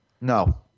No